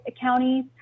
counties